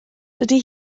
dydy